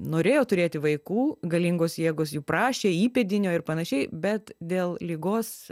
norėjo turėti vaikų galingos jėgos jų prašė įpėdinio ir panašiai bet dėl ligos